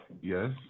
Yes